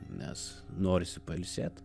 nes norisi pailsėti